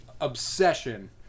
obsession